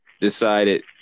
decided